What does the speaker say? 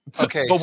okay